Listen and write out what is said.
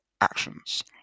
actions